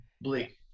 Bleak